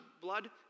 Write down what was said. blood